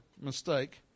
mistake